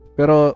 pero